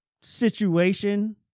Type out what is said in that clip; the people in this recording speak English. situation